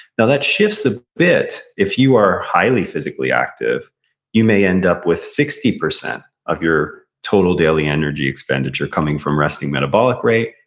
now that shifts a bit, if you are highly physically active you may end up with sixty percent of your total daily energy expenditure coming from resting metabolic rate,